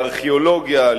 לארכיאולוגיה,